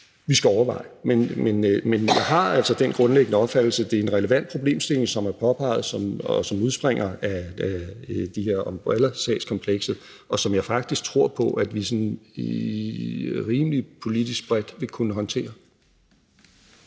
vi skal overveje. Men jeg har altså den grundlæggende opfattelse, at det er en relevant problemstilling, som er påpeget, og som udspringer af den her umbrellasagskompleks, og som jeg faktisk tror på at vi vil kunne håndtere